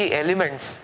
elements